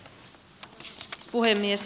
arvoisa puhemies